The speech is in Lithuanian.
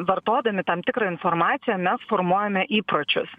vartodami tam tikrą informaciją mes formuojame įpročius